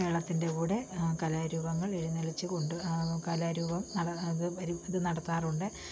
മേളത്തിൻ്റെ കൂടെ കലാരൂപങ്ങൾ എഴുന്നള്ളിച്ച് കൊണ്ട് കലാരൂപം ഇത് നടത്താറുണ്ട്